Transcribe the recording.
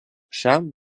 šiam